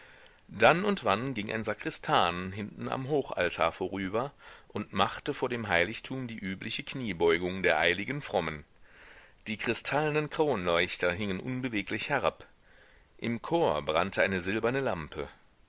dann und wann ging ein sakristan hinten am hochaltar vorüber und machte vor dem heiligtum die übliche kniebeugung der eiligen frommen die kristallenen kronleuchter hingen unbeweglich herab im chor brannte eine silberne lampe